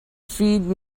feed